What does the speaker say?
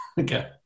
Okay